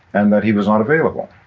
and that he was unavailable.